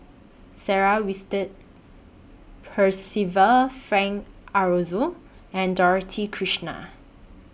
Sarah Winstedt Percival Frank Aroozoo and Dorothy Krishnan